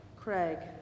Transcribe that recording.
Craig